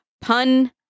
pun